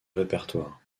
répertoire